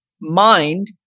Mind